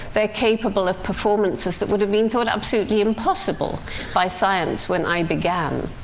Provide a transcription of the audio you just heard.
they're capable of performances that would have been thought absolutely impossible by science when i began.